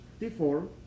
T4